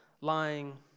lying